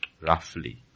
roughly